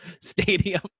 stadium